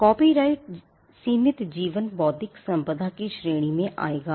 copyright सीमित जीवन बौद्धिक संपदा की श्रेणी में आएगा